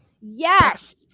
yes